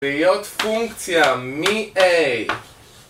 בהיות פונקציה מ a